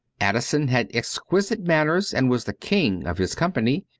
addison had exquisite manners and was the king of his company.